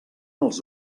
els